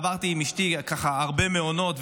עברתי עם אשתי ככה הרבה מעונות וראינו,